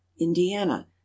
indiana